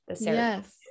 yes